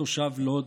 תושב לוד